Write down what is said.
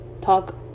talk